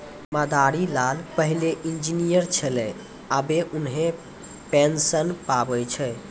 मदारी लाल पहिलै इंजीनियर छेलै आबे उन्हीं पेंशन पावै छै